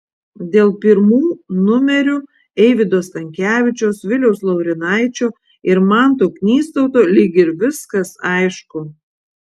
dėl pirmų numerių eivydo stankevičiaus viliaus laurinaičio ir manto knystauto lyg ir viskas aišku